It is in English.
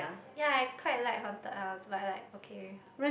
yea I quite like haunted house but like okay